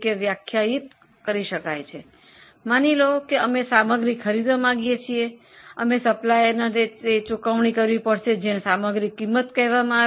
ધારો કે અમે માલ સામાન ખરીદવા માંગીએ છીએ અને સપ્લાયરને ચૂકવણી કરીએ છે તો તેને માલ સામાન ખર્ચ કહેવામાં આવે છે